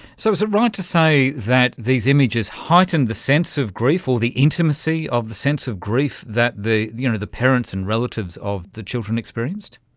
so is it right to say that these images heightened the sense of grief or the intimacy intimacy of the sense of grief that the you know the parents and relatives of the children experienced?